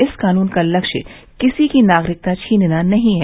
इस कानून का लक्ष्य किसी की नागरिकता छीनना नहीं है